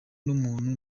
n’umuntu